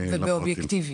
ובאובייקטיביות.